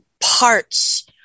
parts